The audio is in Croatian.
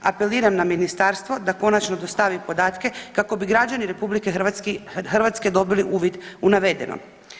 Apeliram na ministarstvo da konačno dostavi podatke kako bi građani RH dobili uvid u navedeno.